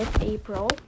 April